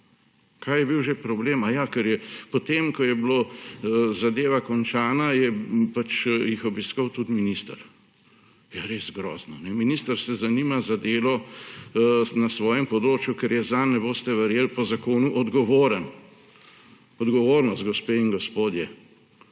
Kaj je bil že problem? Aja, ker jih je potem, ko je bila zadeva končana, obiskal tudi minister. Ja, res grozno. Minister se zanima za delo na svojem področju, ker je zanj, ne boste verjeli, po zakonu odgovoren. Odgovornost, gospe in gospodje.